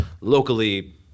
locally